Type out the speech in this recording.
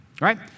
right